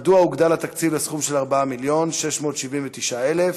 1. מדוע הוגדל התקציב לסכום של 4 מיליון ו-679,000 ש"ח?